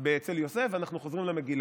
אצל יוסף ואנחנו חוזרים למגילה.